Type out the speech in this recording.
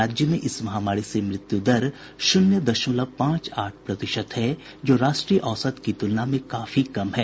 राज्य में इस महामारी से मृत्यु दर शून्य दशमलव पांच आठ प्रतिशत है जो राष्ट्रीय औसत की तुलना में काफी कम है